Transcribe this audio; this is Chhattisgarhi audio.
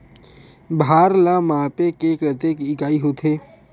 भार ला मापे के कतेक इकाई होथे?